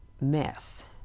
mess